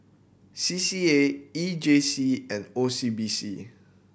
C C A E J C and O C B C